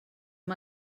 hem